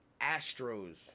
Astros